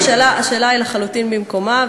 השאלה היא לחלוטין במקומה,